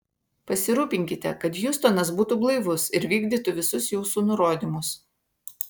pasirūpinkite kad hiustonas būtų blaivus ir vykdytų visus jūsų nurodymus